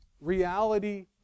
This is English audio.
Reality